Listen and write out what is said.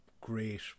great